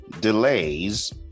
delays